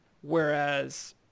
whereas